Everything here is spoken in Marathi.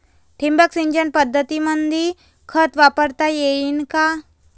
ठिबक सिंचन पद्धतीमंदी खत वापरता येईन का?